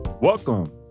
Welcome